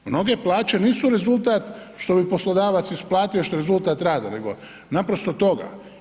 Mnoge plaće nisu rezultat što bi poslodavac isplatio što je rezultat rada, nego naprosto toga.